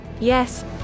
yes